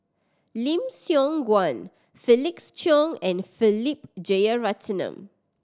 Lim Siong Guan Felix Cheong and Philip Jeyaretnam